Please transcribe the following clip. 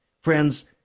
Friends